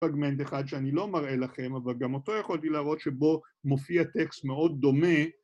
פרגמנט אחד שאני לא מראה לכם, אבל גם אותו יכולתי להראות, שבו מופיע טקסט מאוד דומה